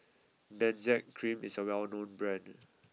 Benzac Cream is a well known brand